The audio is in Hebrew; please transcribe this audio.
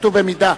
כתוב "במידה".